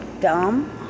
dumb